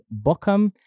Bochum